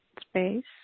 space